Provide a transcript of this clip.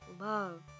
love